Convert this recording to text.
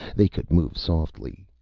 they could move softly,